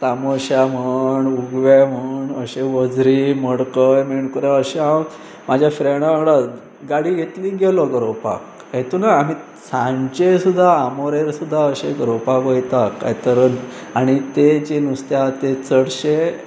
तामोशा म्हण उगवें म्हण अशें वजरी मडकय मेणकुरें अशें हांव म्हाज्या फ्रेंडा वांगडा गाडी घेतली गेलो गरोवपाक हेतून आमी सांचें सुद्दां आमोरेर सुद्दां अशे गरोवपाक वता काय तर आनी ते जे नुस्तें आसा ते चडशें